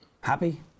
Happy